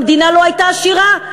המדינה לא הייתה עשירה,